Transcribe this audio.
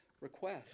request